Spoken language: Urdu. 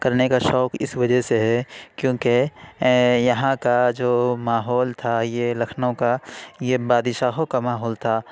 کرنے شوق اِس وجہ سے ہے کیوں کہ یہاں کا جو ماحول تھا یہ لکھنؤ کا یہ بادشاہوں کا ماحول تھا